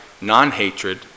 non-hatred